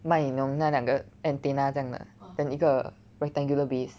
卖你懂那两个 antenna 这样真的 then 一个 rectangular base